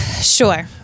Sure